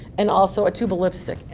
and also a tube of lipstick.